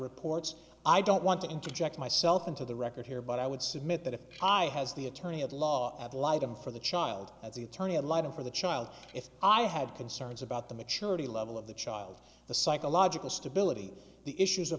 reports i don't want to interject myself into the record here but i would submit that if i has the attorney at law ad litum for the child at the attorney ad litum for the child if i had concerns about the maturity level of the child the psychological stability the issues of